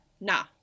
Nah